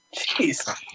Jeez